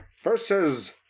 versus